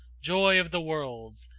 joy of the worlds,